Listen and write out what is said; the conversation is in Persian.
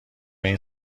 این